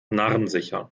narrensicher